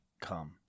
come